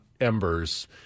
embers